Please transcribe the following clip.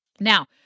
Now